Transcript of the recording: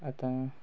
आतां